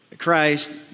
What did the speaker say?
Christ